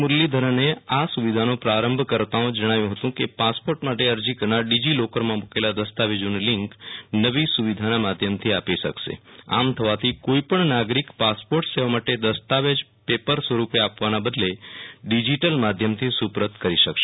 મુરલીધરને આ સુવિધાનો પ્રારંભ કરાવતા જણાવ્યું હતું કે પાસપોર્ટમાટે અરજી કરનાર ડીજીલોકરમાં મુકેલા દસ્તાવેજોની લીંક નવી સુવિધાના માધ્યમથી આપીશકશે આમથવાથી કોઇપણ નાગરીક પાસપોર્ટ સેવા માટે દસ્તાવેજ પેપર સ્વરૂપે આપવાના બદલે ડીજીટલ માધ્યમથી સુ પર ત કરી શકશે